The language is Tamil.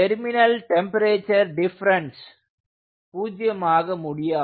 டெர்மினல் டெம்பரேச்சர் டிஃபரன்ஸ் பூஜ்ஜியம் ஆக முடியாது